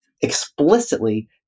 explicitly